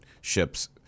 ships